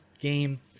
game